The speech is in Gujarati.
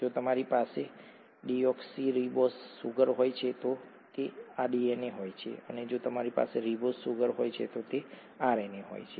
જો તમારી પાસે ડીઓક્સીરીબોઝ સુગર હોય તો એ ડીએનએ હોય છે જો તમારી પાસે રિબોઝ સુગર હોય તો એ આરએનએ હોય છે